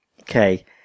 Okay